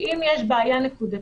אם יש בעיה נקודתית,